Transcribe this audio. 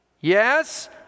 Yes